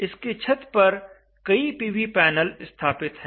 इसकी छत पर कई पीवी पैनल स्थापित हैं